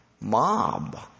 mob